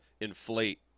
inflate